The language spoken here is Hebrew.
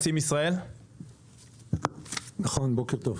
בוקר טוב,